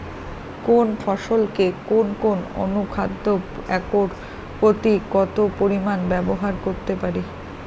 কোন ফসলে কোন কোন অনুখাদ্য একর প্রতি কত পরিমান ব্যবহার করতে পারি?